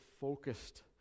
focused